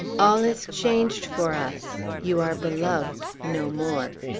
all is changed for us! you are beloved no more!